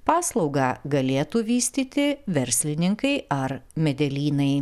paslaugą galėtų vystyti verslininkai ar medelynai